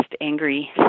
angry